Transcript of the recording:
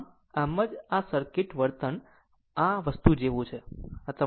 આમ આમ જ સર્કિટ વર્તન તમારી આ વસ્તુ જેવું છે